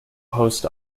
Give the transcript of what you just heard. post